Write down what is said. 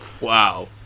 Wow